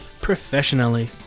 professionally